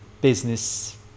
business